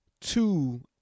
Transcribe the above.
two